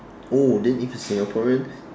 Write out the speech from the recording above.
oh then if it's Singaporean